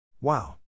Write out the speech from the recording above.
Wow